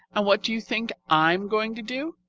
and what do you think i am going to do?